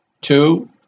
two